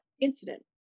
incident